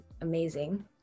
amazing